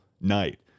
night